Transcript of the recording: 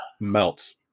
...melts